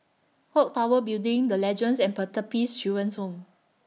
Clock Tower Building The Legends and Pertapis Children's Home